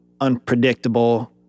unpredictable